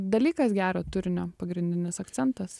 dalykas gero turinio pagrindinis akcentas